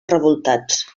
revoltats